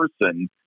person